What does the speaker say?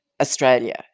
Australia